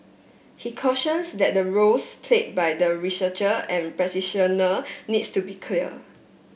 he cautions that the roles played by the researcher and practitioner needs to be clear